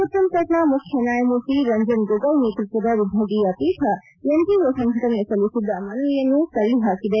ಸುಪ್ರೀಂಕೋರ್ಟ್ನ ಮುಖ್ಯ ನ್ಯಾಯಮೂರ್ತಿ ರಂಜನ್ ಗೊಗೋಯ್ ನೇತೃತ್ವದ ವಿಭಾಗೀಯ ಪೀಠ ಎನ್ಜಿಒ ಸಂಘಟನೆ ಸಲ್ಲಿಸಿದ್ದ ಮನವಿಯನ್ನು ತಳ್ಳಿಹಾಕಿದೆ